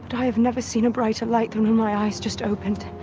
i have never seen a brighter light than when my eyes just opened.